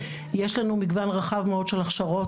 יש לנו מגוון רחב של הכשרות,